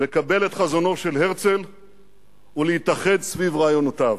לקבל את חזונו של הרצל ולהתאחד סביב רעיונותיו.